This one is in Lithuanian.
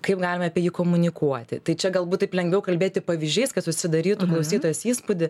kaip galime apie jį komunikuoti tai čia galbūt taip lengviau kalbėti pavyzdžiais kad susidarytų klausytojas įspūdį